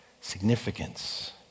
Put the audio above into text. significance